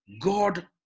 God